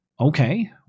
Okay